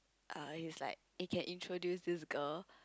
err he's like eh can introduce this girl